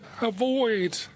avoid